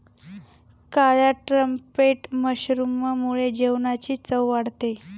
काळ्या ट्रम्पेट मशरूममुळे जेवणाची चव वाढते